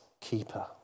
keeper